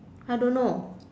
I don't know